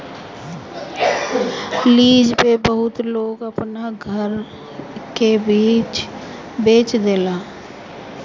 lease पे बहुत लोग अपना घर के बेच देता